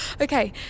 Okay